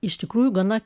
iš tikrųjų gana